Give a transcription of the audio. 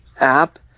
app